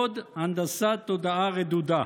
עוד הנדסת תודעה רדודה.